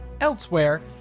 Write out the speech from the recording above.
Elsewhere